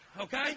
Okay